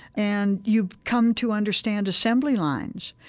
and you've come to understand assembly lines.